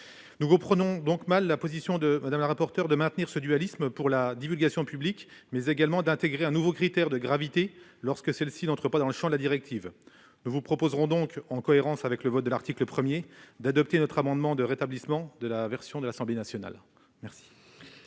Nous comprenons donc mal le choix de Mme la rapporteure de maintenir ce dualisme pour la divulgation publique, mais également d'intégrer un nouveau critère de gravité lorsque celle-ci n'entre pas dans le champ de la directive. Nous vous proposons donc, mes chers collègues, en cohérence avec le vote ayant eu lieu à l'article 1, d'adopter notre amendement tendant à rétablir, ici aussi, la version de l'Assemblée nationale. Les